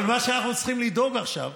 אבל מה שאנחנו צריכים לדאוג עכשיו,